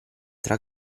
tra